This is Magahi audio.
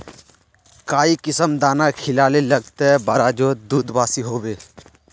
काई किसम दाना खिलाले लगते बजारोत दूध बासी होवे?